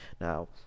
Now